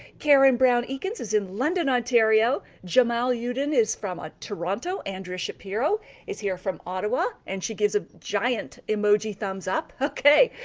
karen brown eakins is in london, ontario. jamal yeah uddin is from a toronto. andrea shapiro is here from ottawa and she gives a giant emoji thumbs up. okay,